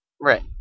Right